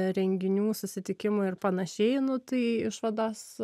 renginių susitikimų ir panašiai nu tai išvados